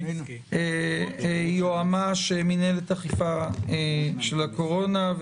יועמ"ש מינהלת האכיפה של הקורונה.